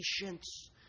patience